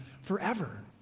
forever